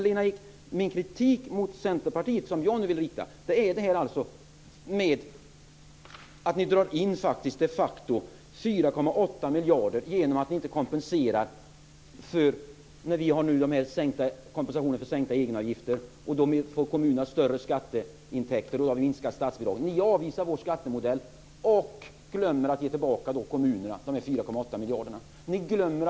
Lena Ek, den kritik som jag vill rikta mot Centerpartiet gäller att ni de facto drar in 4,8 miljarder genom att inte kompensera. Vi har ju kompensationen för sänkta egenavgifter. Kommunerna får större skatteintäkter och statsbidragen minskar. Ni avvisar vår skattemodell och glömmer att ge tillbaka de 4,8 miljarderna till kommunerna.